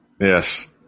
Yes